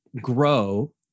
grow